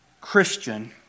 Christian